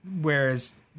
Whereas